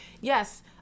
yes